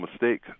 mistake